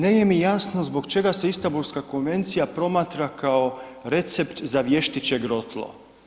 Nije mi jasno zbog čega se Istanbulska konvencija promatra kao recept za vještičje grotlo.